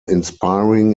inspiring